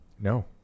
No